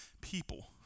people